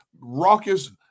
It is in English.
raucous